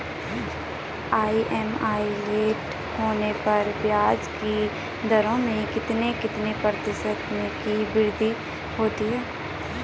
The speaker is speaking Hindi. ई.एम.आई लेट होने पर ब्याज की दरों में कितने कितने प्रतिशत की वृद्धि होती है?